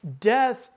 death